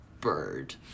bird